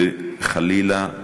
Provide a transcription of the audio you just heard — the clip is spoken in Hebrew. וחלילה,